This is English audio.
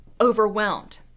overwhelmed